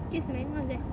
yes man what is that